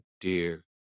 dear